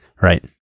Right